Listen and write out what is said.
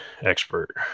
expert